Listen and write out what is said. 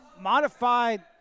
modified